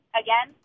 again